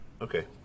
Okay